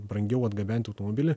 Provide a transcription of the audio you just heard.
brangiau atgabenti automobilį